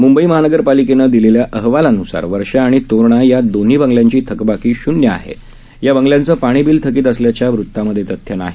म्बईमहानगरपालिकेनंदिलेल्याअहवालान्सारवर्षाआणितोरणायादोन्हीबंगल्यांचीथकबाकीश्न्यआहे याबंगल्यांचंपाणीबिलथकीतअसल्याच्यावृतामध्येतथ्यनाही